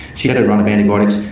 she had a run of antibiotics,